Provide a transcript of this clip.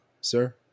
sir